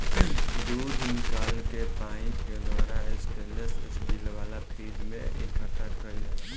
दूध निकल के पाइप के द्वारा स्टेनलेस स्टील वाला फ्रिज में इकठ्ठा कईल जाला